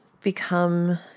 become